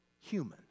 human